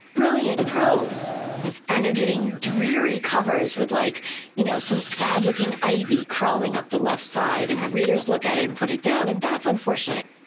brilliant prose and they're getting dreary covers with like you know some sad looking ivy crawling up the left side and the readers look at it and put it down and that's unfortunate.